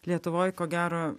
lietuvoj ko gero